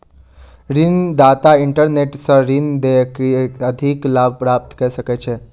ऋण दाता इंटरनेट सॅ ऋण दय के अधिक लाभ प्राप्त कय सकै छै